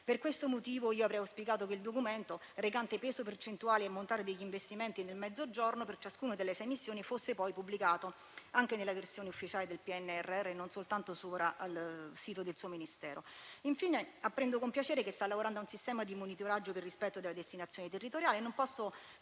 Per questo motivo io avrei auspicato che il documento recante peso, percentuale e ammontare degli investimenti nel Mezzogiorno per ciascuna delle sei missioni fosse pubblicato anche nella versione ufficiale del PNRR e non soltanto sul sito del suo Ministero. Infine, apprendo con piacere che sta lavorando a un sistema di monitoraggio del rispetto della destinazione territoriale e non posso